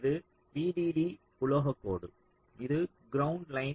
இது VDD உலோகக் கோடு இது கிரவுண்ட் லைன்